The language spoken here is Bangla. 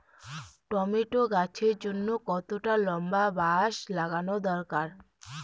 টমেটো গাছের জন্যে কতটা লম্বা বাস লাগানো দরকার?